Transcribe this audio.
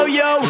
yo